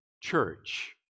church